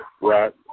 Right